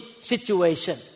situation